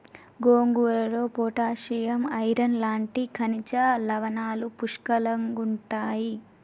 గోంగూరలో potassium, iron లాంటి ఖనిజ లవణాలు పుష్కలంగుంటాయి